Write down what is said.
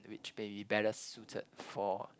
which may be better suited for